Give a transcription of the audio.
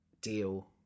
Deal